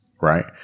Right